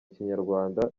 kinyarwanda